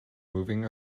moving